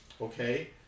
okay